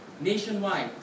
nationwide